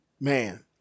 man